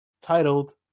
titled